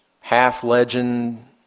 half-legend